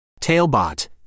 Tailbot